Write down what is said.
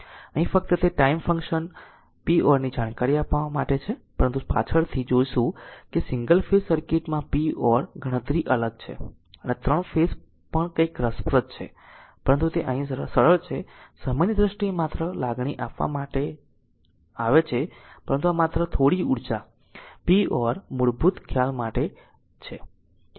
અહીં ફક્ત તે ટાઈમ ફંક્શન p or ની જાણકારી આપવા માટે છે પરંતુ પાછળથી જોશે કે સિંગલ ફેઝ સર્કિટમાં p or p or ગણતરી અલગ છે અને 3 ફેસ પણ કંઈક રસપ્રદ છે પરંતુ અહીં તે અહીં સરળ છે સમયની દ્રષ્ટિએ માત્ર લાગણી આપવા માટે આપવામાં આવે છે પરંતુ આ માત્ર થોડી ઉર્જા p or મૂળભૂત ખ્યાલ જાણવા માટે છે